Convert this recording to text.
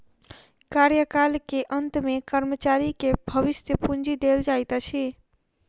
कार्यकाल के अंत में कर्मचारी के भविष्य पूंजी देल जाइत अछि